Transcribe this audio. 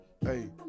Hey